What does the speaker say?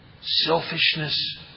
selfishness